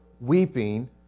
weeping